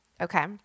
Okay